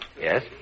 Yes